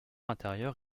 intérieur